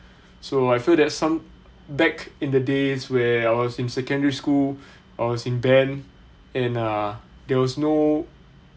so I feel that some back in the days where I was in secondary school I was in band and uh there was no